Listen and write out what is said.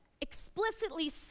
explicitly